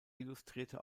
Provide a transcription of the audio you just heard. illustrierte